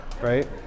right